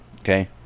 Okay